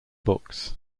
books